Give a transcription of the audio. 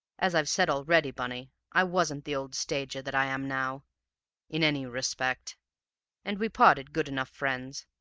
as i've said already, bunny, i wasn't the old stager that i am now in any respect and we parted good enough friends.